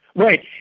right.